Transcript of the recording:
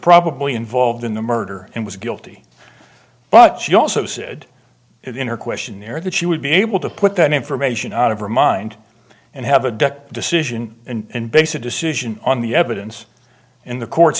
probably involved in the murder and was guilty but she also said it in her questionnaire that she would be able to put that information out of her mind and have a deck decision and base a decision on the evidence in the court